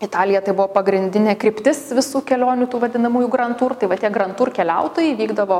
italija tai buvo pagrindinė kryptis visų kelionių tų vadinamųjų grantur tai va tie grantur keliautojai vykdavo